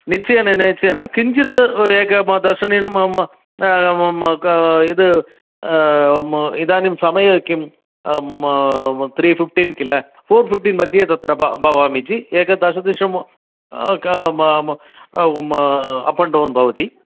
निश्चयेन निश्चयेन किञ्चित् एक इदानीं समयः किं म् त्रि फ़िफ़्टीन् किल फ़ोर् फ़िफ़्टीन् मध्ये तत्र भवामि जि एक दश दिशम अप् आण्ड् डौन् भवति